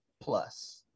plus